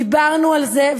דיברנו על זה,